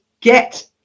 get